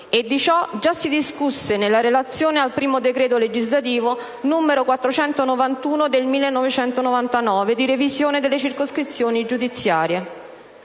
e di ciò già si discusse nella relazione al primo decreto legislativo n. 491 del 1999 di revisione delle circoscrizioni giudiziarie.